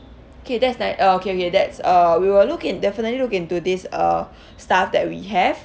okay that's like uh okay okay that's uh we will look in definitely look into this uh staff that we have